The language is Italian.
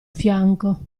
fianco